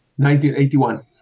1981